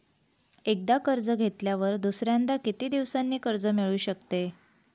एकदा कर्ज घेतल्यावर दुसऱ्यांदा किती दिवसांनी कर्ज मिळू शकते?